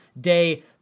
day